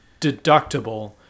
deductible